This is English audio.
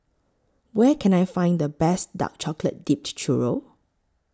Where Can I Find The Best Dark Chocolate Dipped Churro